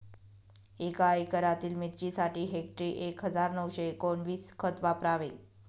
एका एकरातील मिरचीसाठी हेक्टरी एक हजार नऊशे एकोणवीस खत वापरावे